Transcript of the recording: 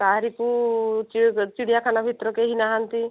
କାହାରିକୁ ଚିଡ଼ିଆଖାନା ଭିତରେ କେହିନାହାନ୍ତି